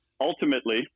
Ultimately